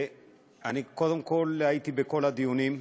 אני, קודם כול, הייתי בכל הדיונים,